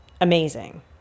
amazing